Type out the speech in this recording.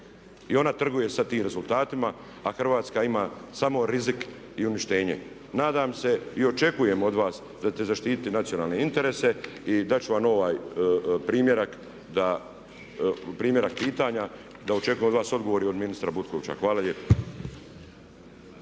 i ona trguje sa tim rezultatima a Hrvatska ima samo rizik i uništenje. Nadam se i očekujem od vas da ćete zaštititi nacionalne interese i dat ću vam ovaj primjerak pitanja da očekujem od vas odgovor i od ministra Butkovića, hvala lijepa.